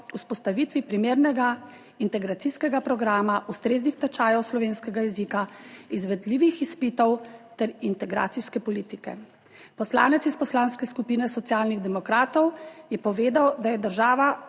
vzpostavitvi primernega integracijskega programa, ustreznih tečajev slovenskega jezika, izvedljivih izpitov ter integracijske politike. Poslanec iz Poslanske skupine Socialnih demokratov je povedal, da je država